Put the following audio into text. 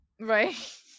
right